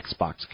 Xbox